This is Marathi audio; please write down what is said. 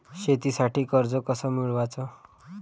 शेतीसाठी कर्ज कस मिळवाच?